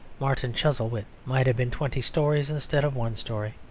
martin chuzzlewit might have been twenty stories instead of one story.